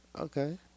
Okay